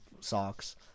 socks